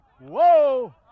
Whoa